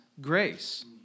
grace